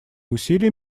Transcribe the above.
усилия